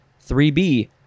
3b